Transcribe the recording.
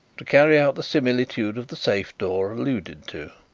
to carry out the similitude of the safe-door alluded to.